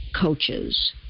coaches